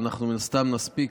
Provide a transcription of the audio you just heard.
ואנחנו מן הסתם נספיק,